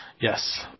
Yes